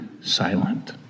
silent